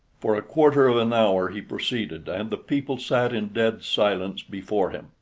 for a quarter of an hour he proceeded, and the people sat in dead silence before him.